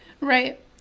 right